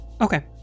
Okay